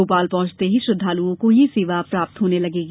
भोपाल पहुँचते ही श्रद्धालुओं को यह सेवा प्राप्त होने लगेंगी